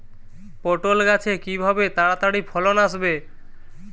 পটল গাছে কিভাবে তাড়াতাড়ি ফলন আসবে?